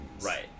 Right